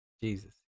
Jesus